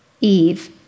Eve